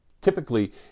Typically